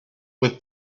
with